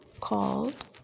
called